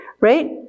right